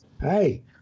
Hey